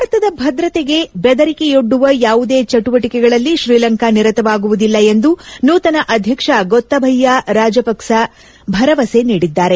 ಭಾರತದ ಭದ್ರತೆಗೆ ಬೆದರಿಕೆಯೊಡ್ಡುವ ಯಾವುದೇ ಚಟುವಟಕೆಗಳಲ್ಲಿ ತ್ರೀಲಂಕಾ ನಿರತವಾಗುವುದಿಲ್ಲ ಎಂದು ನೂತನ ಅಧ್ಯಕ್ಷ ಗೊತ್ತಭಯ್ಯ ರಾಜಪಕ್ಸ ಭರವಸೆ ನೀಡಿದ್ದಾರೆ